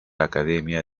academia